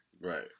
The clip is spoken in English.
Right